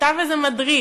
כתב איזה מדריך,